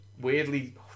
weirdly